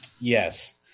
Yes